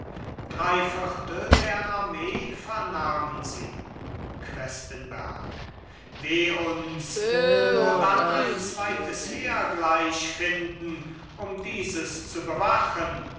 drei viertel der armee vernahmen sie questenberg weh uns wo dann ein zweites heer gleich finden um dieses zu bewachen